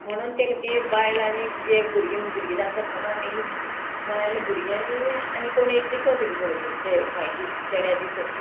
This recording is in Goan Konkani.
म्हणून ताका ती बायल आनी तिजे भुरगीं भुरगीं जाता आसतना मेल्ली बायल भुरगीं आनी कोण एक दिसो ताका बरोबर तें म्हाजे चेड्या दिसप